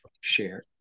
share